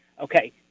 Okay